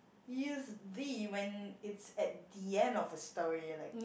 use the when it's at the end of a story like